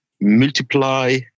multiply